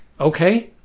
okay